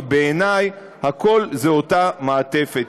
כי בעיני הכול זה אותה מעטפת.